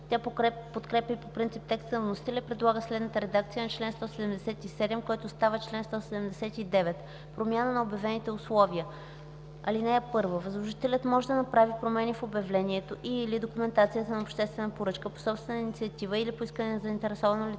подкрепя по принцип текста на вносителя и предлага следната редакция на чл. 177, който става чл. 179: „Промяна на обявените условия Чл. 179. (1) Възложителят може да направи промени в обявлението и/или документацията на обществена поръчка по собствена инициатива или по искане на заинтересовано